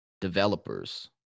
developers